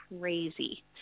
crazy